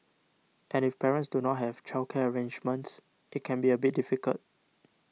and if parents do not have childcare arrangements it can be a bit difficult